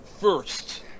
first